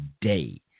day